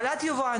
אבל את יבואנית,